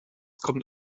kommt